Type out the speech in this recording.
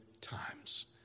times